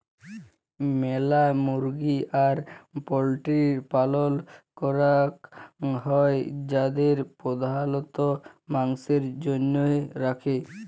ম্যালা মুরগি আর পল্ট্রির পালল ক্যরাক হ্যয় যাদের প্রধালত মাংসের জনহে রাখে